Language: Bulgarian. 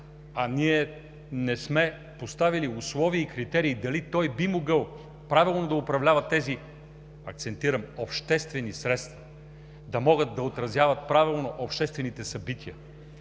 Ние не сме поставили условия и критерий дали той би могъл правилно да управлява тези, акцентирам, обществени средства, да могат да отразяват правилно обществените събития.